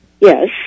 Yes